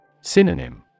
Synonym